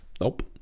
nope